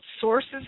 sources